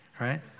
right